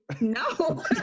no